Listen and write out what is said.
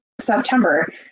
September